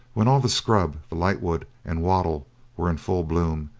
when all the scrub, the lightwood, and wattle were in full bloom,